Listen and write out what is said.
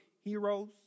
heroes